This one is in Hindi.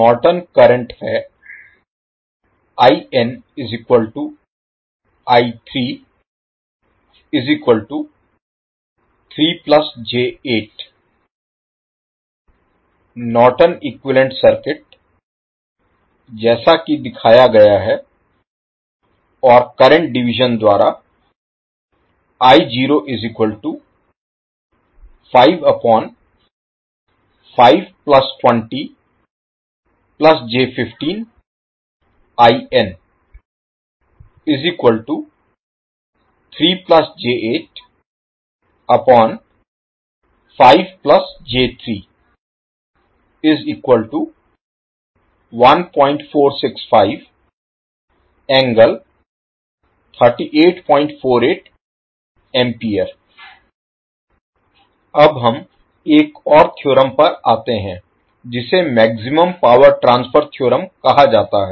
नॉर्टन करंट है नॉर्टन इक्विवैलेन्ट सर्किट जैसा कि दिखाया गया है और करंट डिवीज़न द्वारा अब हम एक और थ्योरम पर आते हैं जिसे मैक्सिमम पावर ट्रांसफर थ्योरम कहा जाता है